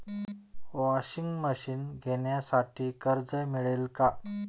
Washing machine घेण्यासाठी कर्ज मिळेल का?